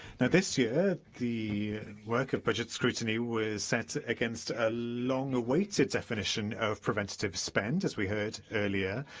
this year, the work of budget scrutiny was set against a long-awaited definition of preventative spend, as we heard earlier,